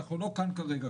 אנחנו לא כאן כרגע,